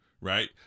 right